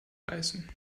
reißen